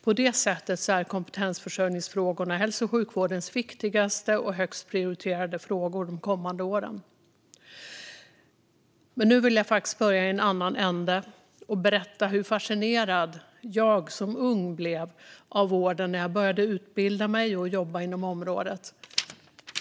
På det sättet är kompetensförsörjningsfrågorna hälso och sjukvårdens viktigaste och högst prioriterade frågor de kommande åren. Men jag ska börja i en annan ände och berätta hur fascinerad jag som ung blev av vården när jag började utbilda mig och jobba inom området.